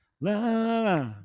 la